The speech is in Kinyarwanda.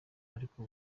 ariko